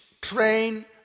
train